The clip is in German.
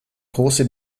große